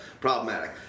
problematic